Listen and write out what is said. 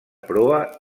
proa